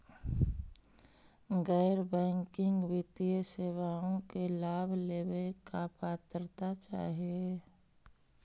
गैर बैंकिंग वित्तीय सेवाओं के लाभ लेवेला का पात्रता चाही?